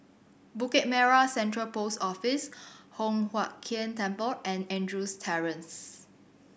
Bukit Merah Central Post Office Hock Huat Keng Temple and Andrews Terrace